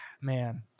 man